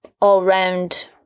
all-round